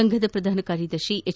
ಸಂಘದ ಪ್ರಧಾನ ಕಾರ್ಯದರ್ತಿ ಎಚ್